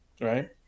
right